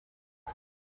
kazi